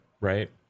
right